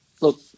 look